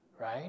right